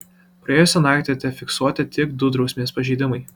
praėjusią naktį tefiksuoti tik du drausmės pažeidimai